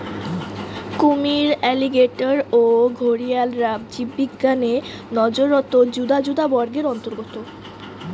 কুমীর, অ্যালিগেটর ও ঘরিয়ালরা জীববিজ্ঞানের নজরত যুদা যুদা বর্গের অন্তর্গত